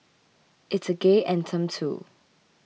it's a gay anthem too